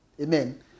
amen